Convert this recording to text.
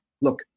Look